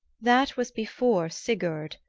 that was before sigurd,